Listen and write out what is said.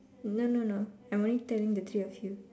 no no no I'm only telling the three of you